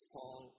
Paul